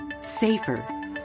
safer